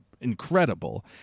incredible